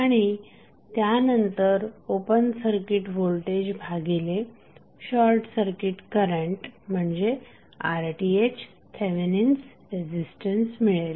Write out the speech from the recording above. आणि त्यानंतर open circuit voltage भागिले शॉर्टसर्किट करंट म्हणजे RTh थेवेनिन्स रेझिस्टन्स मिळेल